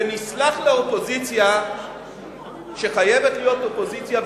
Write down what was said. ונסלח לאופוזיציה שחייבת להיות אופוזיציה,